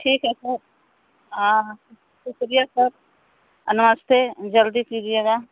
ठीक है तो शुक्रिया सर नमस्ते जल्दी कीजिएगा